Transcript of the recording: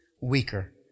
Weaker